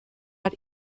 hat